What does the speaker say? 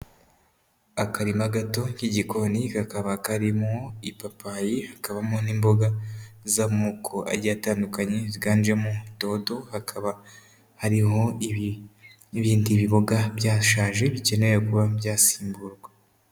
Akarima gato k'igikoni kakaba karimo ibipapayi, hakaba harimo n'imboga z'amoko atandukanye ziganjemo dodo, hakaba hariho n'ibindi biboga byashaje bikenewe kuba byasimburwa.